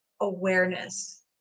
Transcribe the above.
awareness